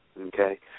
Okay